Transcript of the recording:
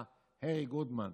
היה הארי גודמן,